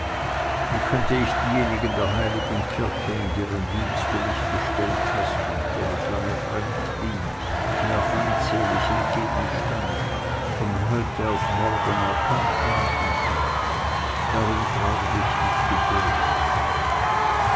wie könnte ich diejenigen der heiligen kirche in deren dienst du mich gestellt hast und der ich lange fremd blieb ja feindselig entgegenstand von heute auf morgen erkannt haben darum trage mich mit geduld